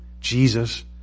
Jesus